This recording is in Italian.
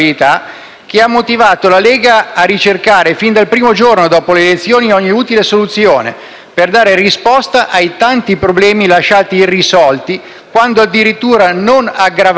che ha motivato la Lega a ricercare, fin dal primo giorno dopo le elezioni, ogni utile soluzione per dare risposta ai tanti problemi lasciati irrisolti, quando addirittura non aggravati,